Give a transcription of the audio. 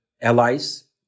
allies